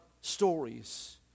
stories